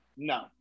No